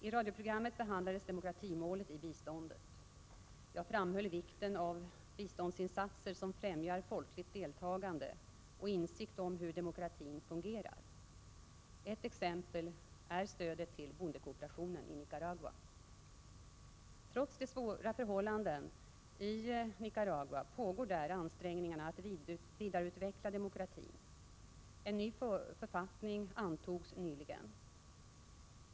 I radioprogrammet behandlades demokratimålet i biståndet. Jag framhöll vikten av biståndsinsatser som främjar folkligt deltagande och insikt om hur demokratin fungerar. Ett exempel är stödet till bondekooperationen i Nicaragua. Trots de svåra förhållandena i Nicaragua pågår där ansträngningar att 11 december 1986 vidareutveckla demokratin. En ny författning antogs nyligen.